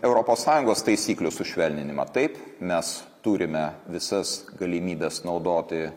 europos sąjungos taisyklių sušvelninimą taip mes turime visas galimybes naudoti